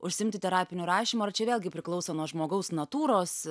užsiimti terapiniu rašymu ar čia vėlgi priklauso nuo žmogaus natūros